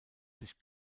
sich